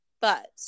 but-